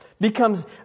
becomes